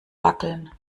wackeln